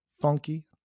funky